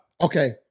Okay